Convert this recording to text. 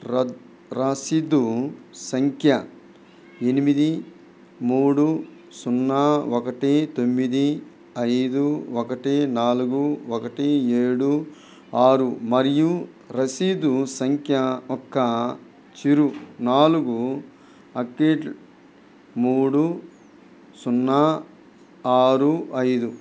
రద్ రసీదు సంఖ్య ఎనిమిది మూడు సున్నా ఒకటి తొమ్మిది ఐదు ఒకటి నాలుగు ఒకటి ఏడు ఆరు మరియు రసీదు సంఖ్య చివరి నాలుగు అంకెలు మూడు సున్నా ఆరు ఐదు